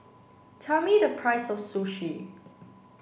tell me the price of sushi